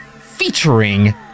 featuring